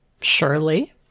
surely